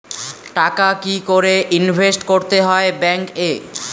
টাকা কি করে ইনভেস্ট করতে হয় ব্যাংক এ?